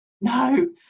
no